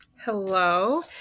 Hello